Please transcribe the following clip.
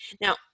now